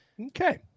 Okay